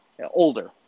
Older